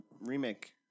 remake